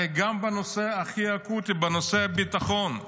הרי גם בנושא הכי אקוטי, בנושא הביטחון,